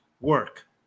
work